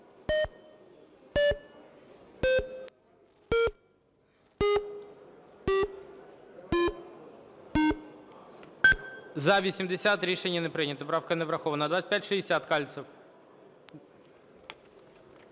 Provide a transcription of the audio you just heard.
За-80 Рішення не прийнято. Правка не врахована. 2560, Кальцев.